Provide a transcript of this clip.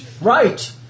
Right